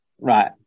right